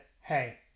Hey